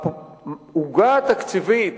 העוגה התקציבית